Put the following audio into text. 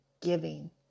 giving